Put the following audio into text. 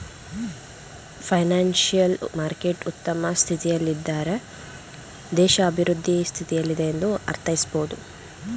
financial market ಉತ್ತಮ ಸ್ಥಿತಿಯಲ್ಲಿದ್ದಾರೆ ದೇಶ ಅಭಿವೃದ್ಧಿ ಸ್ಥಿತಿಯಲ್ಲಿದೆ ಎಂದು ಅರ್ಥೈಸಬಹುದು